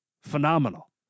phenomenal